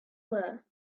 were